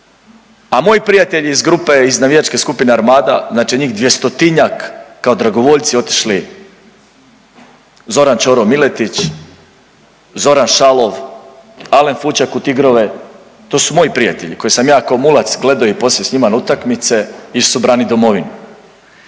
A moj prijatelj iz grupe iz navijačke skupine Armada, znači njih dvjestotinjak kao dragovoljci otišli Zoran Ćoro Miletić, Zoran Šalov, Alen Fučak u tigrove. To su moji prijatelji koje sam ja kao mulac gledao i poslije s njima utakmice išli su braniti Domovinu.